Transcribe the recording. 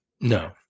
No